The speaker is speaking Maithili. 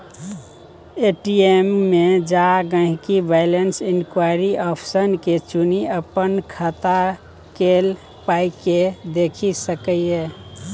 ए.टी.एम मे जा गांहिकी बैलैंस इंक्वायरी आप्शन के चुनि अपन खाता केल पाइकेँ देखि सकैए